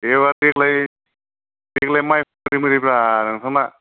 एबार देग्लाय माइ फोनाया बोरै जादोंब्रा नोंथांना